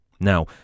Now